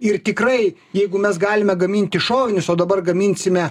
ir tikrai jeigu mes galime gaminti šovinius o dabar gaminsime